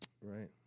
Right